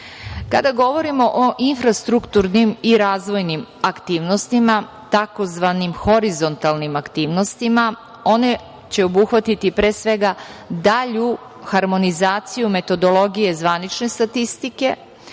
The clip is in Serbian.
govorimo o infrastrukturnim i razvojnim aktivnostima, tzv. horizontalnim aktivnostima one će obuhvatiti, pre svega, dalju harmonizaciju metodologije zvanične statistike,